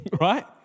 right